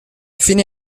fine